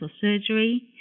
surgery